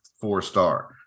four-star